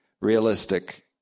realistic